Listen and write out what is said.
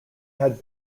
had